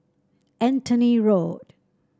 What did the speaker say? Anthony Road